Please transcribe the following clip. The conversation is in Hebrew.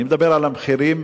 אני מדבר על המחירים,